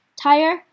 tire